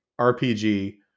RPG